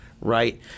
right –